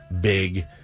big